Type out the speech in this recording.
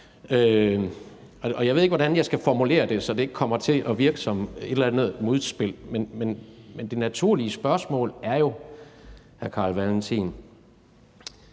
jeg ved ikke, hvordan jeg skal formulere det, så det ikke kommer til at virke som et eller andet modspil. Men det naturlige spørgsmål er jo, hr. Carl Valentin: